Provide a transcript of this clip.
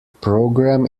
program